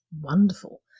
wonderful